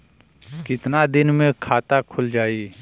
कितना दिन मे खाता खुल जाई?